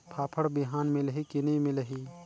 फाफण बिहान मिलही की नी मिलही?